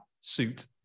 suit